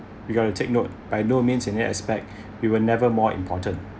we got to take note by no means in any aspect we were never more important